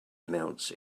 amounts